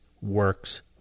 works